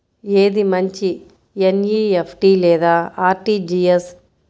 ఏది మంచి ఎన్.ఈ.ఎఫ్.టీ లేదా అర్.టీ.జీ.ఎస్?